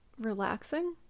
relaxing